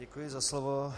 Děkuji za slovo.